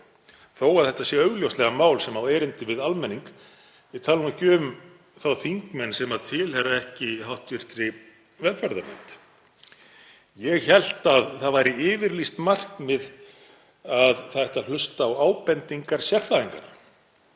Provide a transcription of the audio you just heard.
þó að þetta sé augljóslega mál sem á erindi við almenning, ég tala nú ekki um þá þingmenn sem ekki tilheyra hv. velferðarnefnd. Ég hélt að það væri yfirlýst markmið að hlusta ætti á ábendingar sérfræðinga